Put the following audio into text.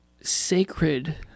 sacred